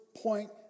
point